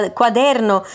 quaderno